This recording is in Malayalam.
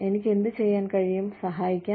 എനിക്ക് എന്ത് ചെയ്യാൻ കഴിയും സഹായിക്കാൻ